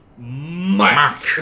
Mac